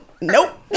nope